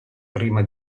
prima